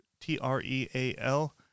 T-R-E-A-L